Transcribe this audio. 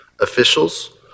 officials